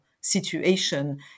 situation